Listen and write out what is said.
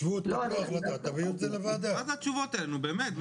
מה זה התשובות האלה באמת?